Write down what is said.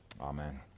Amen